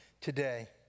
today